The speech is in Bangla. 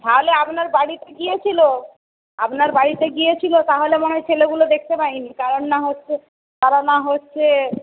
তাহলে আপনার বাড়িতে গিয়েছিল আপনার বাড়িতে গিয়েছিল তাহলে মনে হয় ছেলেগুলো দেখতে পায়নি কারণ না হচ্ছে না হচ্ছে